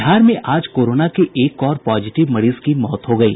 बिहार में आज कोरोना के एक और पॉजिटिव मरीज की मौत हो गयी